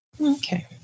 Okay